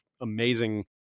amazing